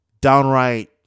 downright